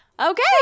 Okay